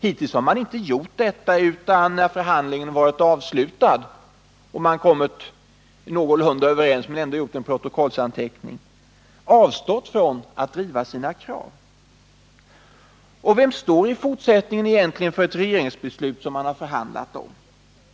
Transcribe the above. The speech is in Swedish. Hittills har man inte gjort detta utan när förhandlingen varit avslutad — och man kommit någorlunda överens men ändå gjort en protoköllsanteckning — avstått från att driva sina krav. Vem står egentligen i fortsättningen för ett regeringsbeslut som man förhandlat om?